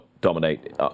dominate